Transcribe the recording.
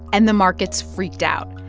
and the markets freaked out.